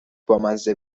بامزه